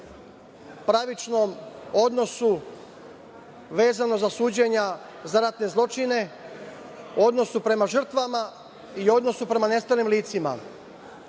pravičnom odnosu, vezano za suđenja za ratne zločine u odnosu prema žrtvama i u odnosu prema nestalim licima.